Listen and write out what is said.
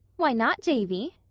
why not, davy?